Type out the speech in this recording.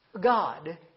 God